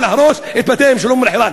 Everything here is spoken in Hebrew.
להרוס את בתיהם של תושבי אום-אלחיראן.